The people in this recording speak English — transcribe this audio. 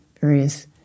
various